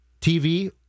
TV